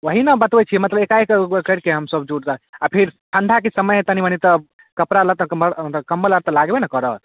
वएह ने बतबै छी मतलब एकाएक ओ करिके हमसभ जोड़ि जाड़ि आओर फेर ठण्डाके समय हइ तनि मनि तऽ कपड़ा लत्ताके कम्बल आओर तऽ लागबे ने करत